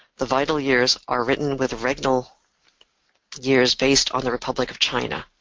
the vital years are written with regnal years based on the republic of china.